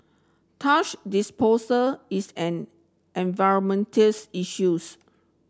disposal is an environmental issues